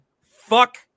fuck